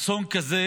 אסון כזה